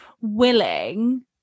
willing